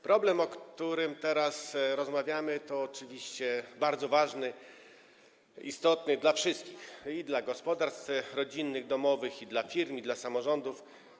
Problem, o którym teraz rozmawiamy, jest oczywiście bardzo ważny, istotny dla wszystkich, i dla gospodarstw rodzinnych, domowych, i dla firm, i dla samorządów.